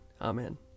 Amen